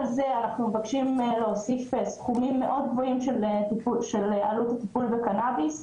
על זה אנחנו מבקשים להוסיף סכומים מאוד גבוהים של עלות הטיפול בקנביס.